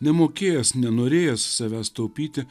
nemokėjęs nenorėjęs savęs taupyti